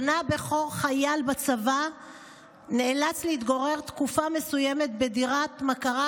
בנה הבכור חייל בצבא ונאלץ להתגורר תקופה מסוימת בדירת מכרה,